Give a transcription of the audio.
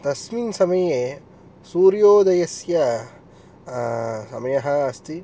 तस्मिन् समये सूर्योदयस्य समयः अस्ति